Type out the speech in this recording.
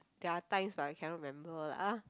there are times but I cannot remember lah